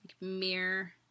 mirror